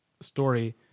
story